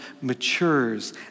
matures